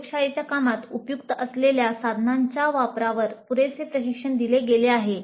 प्रयोगशाळेच्या कामात उपयुक्त असलेल्या साधनांच्या वापरावर पुरेसे प्रशिक्षण दिले गेले आहे